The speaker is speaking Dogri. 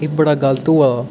एह् बड़ा गल्त होआ दा